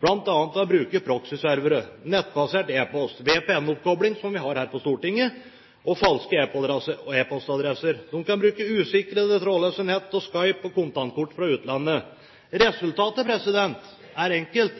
ved å bruke proxy-servere, nettbasert e-post, VPN-oppkobling, som vi har her på Stortinget, og falske e-postadresser. De kan bruke usikrede trådløse nett og Skype og kontantkort fra utlandet. Resultatet er enkelt: